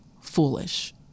foolish